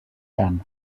dame